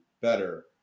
better